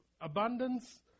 abundance